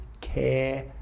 care